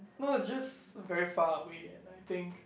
no it's just very far away and I think